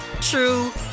true